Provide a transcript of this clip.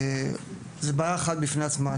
זוהי בעיה בפני עצמה.